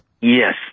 Yes